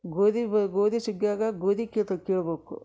ಗೋದಿ ಬ ಗೋದಿ ಸುಗ್ಯಾಗ ಗೋದಿ ಕಿತತು ಕೀಳ್ಬಕು